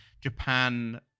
Japan